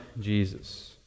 Jesus